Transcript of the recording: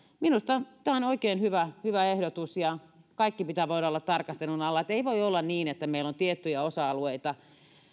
minusta tämä on oikein hyvä hyvä ehdotus kaiken pitää voida olla tarkastelun alla ei voi olla niin että meillä on tiettyjä osa alueita